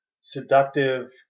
seductive